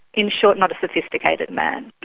in short, not a sophisticated man,